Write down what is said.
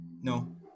No